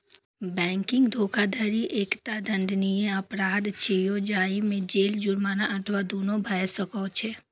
banking धोखाधड़ी एकटा दंडनीय अपराध छियै, जाहि मे जेल, जुर्माना अथवा दुनू भए सकै छै